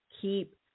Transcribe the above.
keep